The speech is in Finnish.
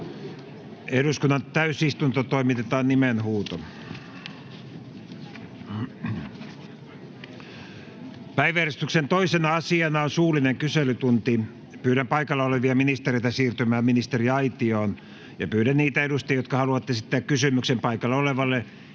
=== RAW CONTENT === Päiväjärjestyksen 2. asiana on suullinen kyselytunti. Pyydän paikalla olevia ministereitä siirtymään ministeriaitioon. Pyydän niitä edustajia, jotka haluavat esittää kysymyksen paikalla olevalle